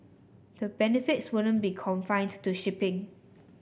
the benefits wouldn't be confined to shipping